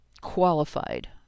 qualified